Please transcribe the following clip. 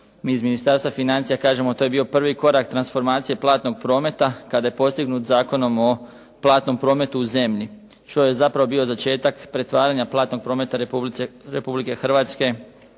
Mi iz Ministarstva financija kažemo, to je bio prvi korak transformacije Platnog prometa kada je postignut Zakonom o platnom prometu u zemlji, čiji je zapravo bio zametak pretvaranja Platnog prometa Republike Hrvatske